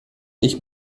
nicht